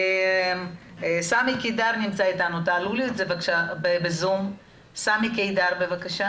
עד שסמי קידר יעלה לזום אני רוצה